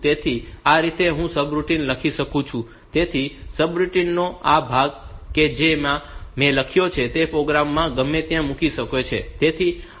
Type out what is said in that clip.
તેથી આ રીતે હું સબરૂટિન લખી શકું છું તેથી સબરૂટિન નો આ ભાગ કે જે મેં લખ્યો છે તેને પ્રોગ્રામ માં ગમે ત્યાં મૂકી શકાય છે